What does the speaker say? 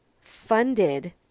funded